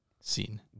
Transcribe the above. scene